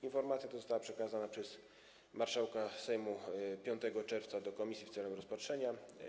Informacja ta została przekazana przez marszałka Sejmu 5 czerwca do komisji w celu rozpatrzenia.